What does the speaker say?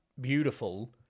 beautiful